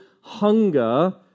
hunger